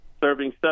serving